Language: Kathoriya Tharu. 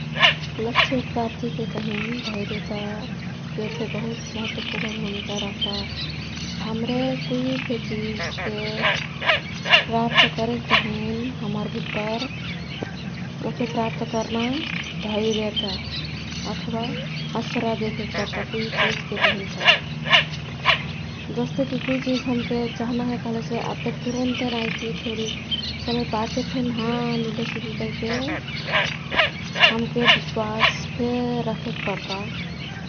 लक्ष्य प्राप्तिके तहिन धैर्यताकेफे बहुत महत्वपूर्ण भूमिका रह्ता। हाम्रे कुईफे चिजके प्राप्त करेक तहिन हमर भित्तर ओह्के प्राप्त कर्ना धैर्यता अथवा अस्रा देखेक पर्ता कुई चिजके तहिनफे। जस्तेकी कुई चिज हमके चाहना हे कह्लेसे अब्बे तुरुन्ते नाई की थोरी समय पाछेफेन हाँ मिले सिकी कहिके हमके विश्वासफे रखेक पर्ता।